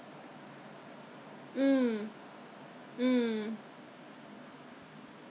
那个 Face Shop 那边他是一个 Face Shop 的 thirty percent voucher 我就去那边买 lor just before chinese new year 好像